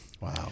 Wow